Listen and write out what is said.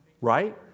right